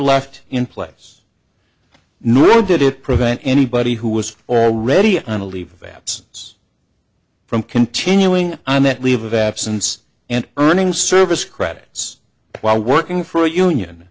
left in place nor did it prevent anybody who was already on a leave of absence from continuing on that leave of absence and earning service credits while working for a union